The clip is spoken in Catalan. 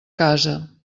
casa